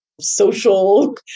social